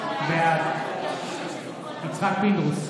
בעד יצחק פינדרוס,